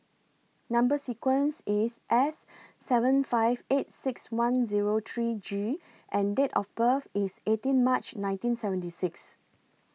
Number sequence IS S seven five eight six one Zero three G and Date of birth IS eighteen March nineteen seventy six